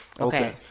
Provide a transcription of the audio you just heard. Okay